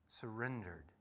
surrendered